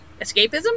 escapism